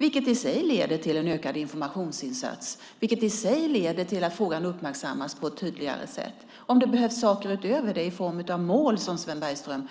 Det i sig leder till en ökad informationsinsats, vilket i sig leder till att frågan uppmärksammas på ett tydligare sätt. Om det behövs saker utöver det i form av mål, som Sven Bergström